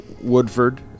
Woodford